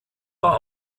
war